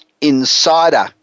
Insider